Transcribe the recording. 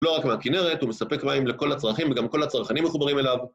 לא רק מהכינרת, הוא מספק מים לכל הצרכים וגם כל הצרכנים מחוברים אליו.